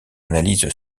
analyse